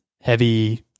heavy